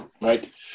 right